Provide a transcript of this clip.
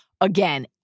Again